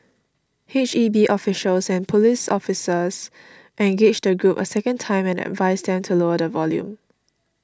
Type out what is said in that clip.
H E B officials and police officers engaged the group a second time and advised them to lower the volume